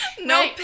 no